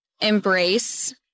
embrace